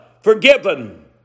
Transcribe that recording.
Forgiven